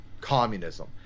communism